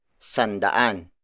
sandaan